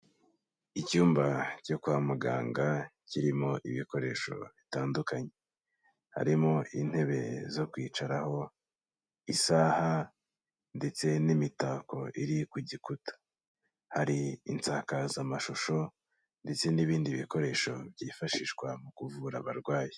Icyumba cyo kwa muganga kirimo ibikoresho bitandukanye, harimo intebe zo kwicaraho, isaha ndetse n'imitako iri ku gikuta, hari insakazamashusho ndetse n'ibindi bikoresho byifashishwa mu kuvura abarwayi.